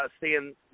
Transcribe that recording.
seeing